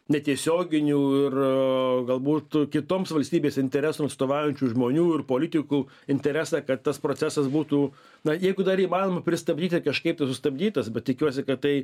netiesioginių ir galbūt kitoms valstybės interesams atstovaujančių žmonių ir politikų interesą kad tas procesas būtų na jeigu dar įmanoma pristabdyti kažkaip tai sustabdytas bet tikiuosi kad tai